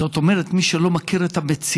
זאת אומרת, מי שלא מכיר את המציאות,